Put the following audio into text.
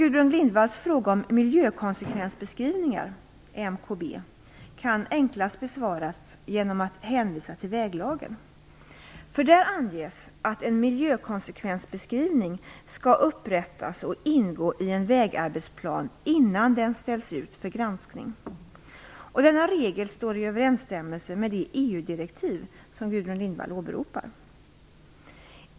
Gudrun Lindvalls fråga om miljökonsekvensbeskrivningar kan enklast besvaras genom en hänvisning till väglagen. Där anges att en miljökonsekvensbeskrivning skall upprättas och ingå i en vägarbetsplan innan den ställs ut för granskning. Denna regel står i överensstämmelse med det EU-direktiv som Gudrun Lindvall åberopar.